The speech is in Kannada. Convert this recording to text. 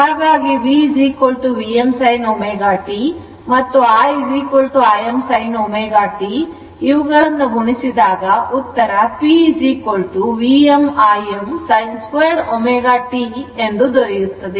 ಹಾಗಾಗಿ v Vm sin ω t ಮತ್ತು I Im sin ω t ಇವುಗಳನ್ನು ಗುಣಿಸಿದಾಗ ಉತ್ತರ pVm Im sin 2 ω t ಎಂದು ದೊರೆಯುತ್ತದೆ